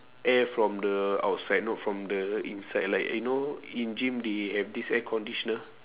air from the outside not from the inside like you know in gym they have this air conditioner